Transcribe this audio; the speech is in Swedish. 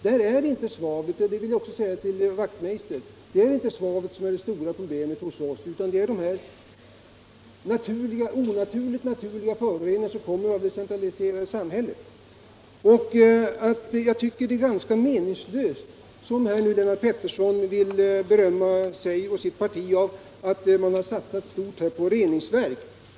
Det är inte svavlet som där är det stora problemet — det vill jag säga också till herr Wachtmeister i Johannishus — utan det är de onaturligt stora naturliga föroreningar som kommer av det centraliserade samhället. Jag tycker det är ganska meningslöst att, som Lennart Pettersson gör, berömma sig och sitt parti av att man har satsat så mycket på reningsverk.